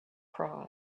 cry